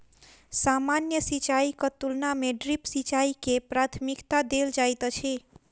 सामान्य सिंचाईक तुलना मे ड्रिप सिंचाई के प्राथमिकता देल जाइत अछि